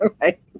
Right